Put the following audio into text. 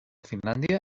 finlàndia